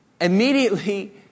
immediately